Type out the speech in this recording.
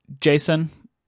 Jason